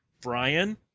Brian